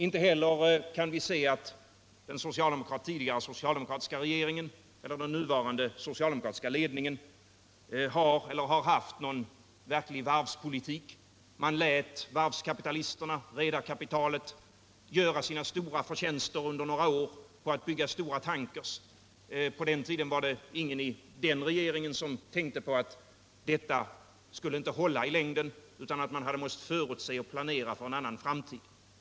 Inte heller kan vi se att den tidigare socialdemokratiska regeringen eller den nuvarande socialdemokratiska ledningen har eller har haft någon verklig varvspolitik. Man lät redarkapitalet göra sina stora förtjänster på att bygga stora tankrar under några år. På den tiden var det ingen i den regeringen som tänkte på att detta inte skulle hålla i längden och att man borde förutse och planera för en annan framtid.